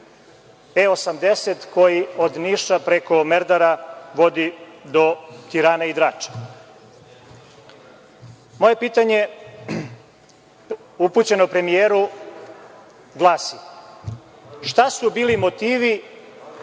E 80 koji od Niša preko Merdara vodi do Tirane i Drača. Moje pitanje upućeno premijeru glasi – šta su bili motivi